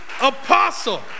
apostle